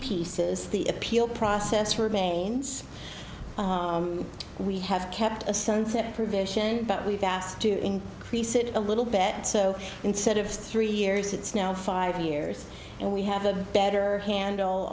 pieces the appeal process remains we have kept a sunset provision but we've asked to increase it a little bit so instead of three years it's now five years and we have a better handle